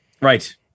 Right